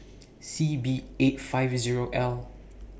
C B eight five Zero L